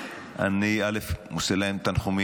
עכשיו, אני אומר --- ש"סניק של פעם.